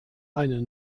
eine